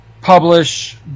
publish